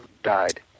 died